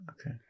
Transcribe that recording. Okay